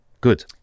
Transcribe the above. good